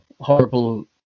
horrible